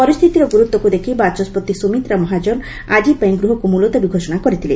ପରିସ୍ଥିତିର ଗୁରୁତ୍ୱକୁ ଦେଖି ବାଚସ୍କତି ସୁମିତ୍ରା ମହାଜନ ଆଜିପାଇଁ ଗୃହକୁ ମୁଲତବୀ ଘୋଷଣା କରିଥିଲେ